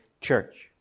church